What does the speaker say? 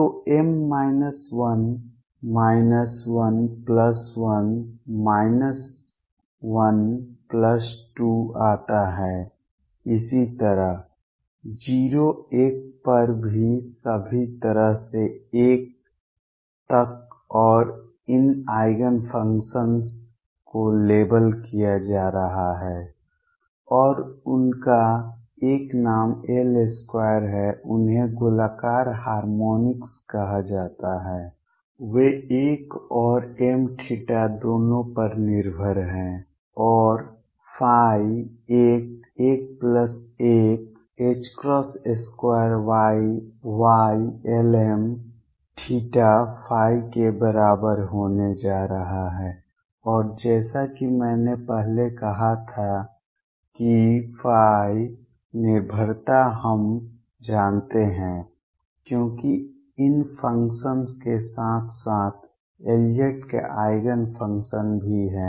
तो m l l 1 l 2 आता है इसी तरह 0 1 पर सभी तरह से l तक और इन आइगेन फंक्शन्स को लेबल किया जा रहा है और उनका एक नाम L2 है उन्हें गोलाकार हार्मोनिक्स कहा जाता है वे l और m दोनों पर निर्भर हैं और ϕ l l 1 2 Ylmθϕ के बराबर होने जा रहा है और जैसा कि मैंने पहले कहा था कि ϕ निर्भरता हम जानते हैं क्योंकि इन फंक्शन्स के साथ साथ Lz के आइगेन फंक्शन भी हैं